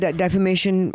defamation